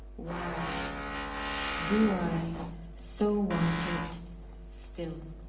why do i so want it still?